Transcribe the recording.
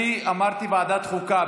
אני אמרתי ועדת חוקה.